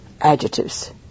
adjectives